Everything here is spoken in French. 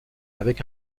avec